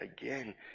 again